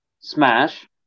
smash